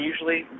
usually